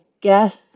guess